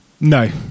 No